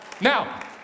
Now